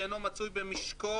בלול שבמשקו